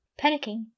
Panicking